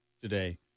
today